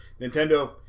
Nintendo